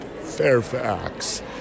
Fairfax